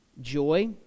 Joy